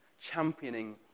championing